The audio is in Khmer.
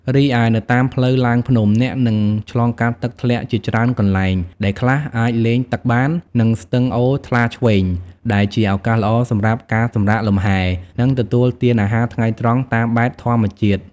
រីឯនៅតាមផ្លូវឡើងភ្នំ អ្នកនឹងឆ្លងកាត់ទឹកធ្លាក់ជាច្រើនកន្លែង ដែលខ្លះអាចលេងទឹកបាន និងស្ទឹងអូរថ្លាឈ្វេង ដែលជាឱកាសល្អសម្រាប់ការសម្រាកលំហែ និងទទួលទានអាហារថ្ងៃត្រង់តាមបែបធម្មជាតិ។